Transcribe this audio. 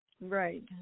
right